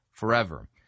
Forever